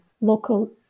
local